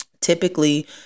typically